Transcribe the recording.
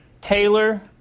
Taylor